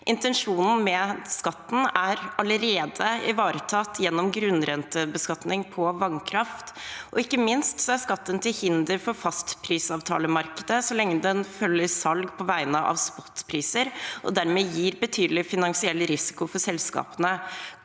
Intensjonen med skatten er allerede ivaretatt gjennom grunnrentebeskatning på vannkraft. Ikke minst er skatten til hinder for fastprisavtalemarkedet så lenge den følger salg på vegne av spotpriser og dermed gir betydelig finansiell risiko for selskapene.